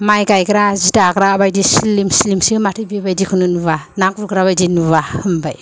माइ गायग्रा जि दाग्रा बायदि सिलिम सिलिमसो माथो बेबादि खौनो नुया ना गुरग्रा बादिखौनो नुया होनबाय